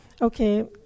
Okay